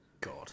God